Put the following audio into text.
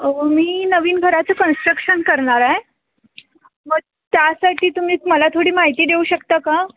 मी नवीन घराचं कन्स्ट्रक्शन करणार आहे मग त्यासाठी तुम्ही मला थोडी माहिती देऊ शकता का